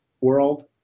world –